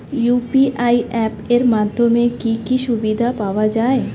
UPI app এর মাধ্যমে কি কি সুবিধা পাওয়া যায়?